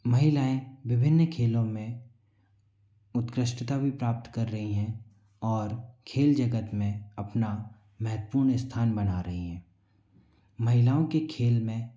महिलाएँ विभिन्न खेलों में उत्कृष्टता भी प्राप्त कर रही हैं और खेल जगत में अपना महत्वपूर्ण स्थान बना रही है महिलाओं के खेल में